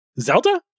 Zelda